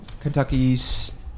Kentucky's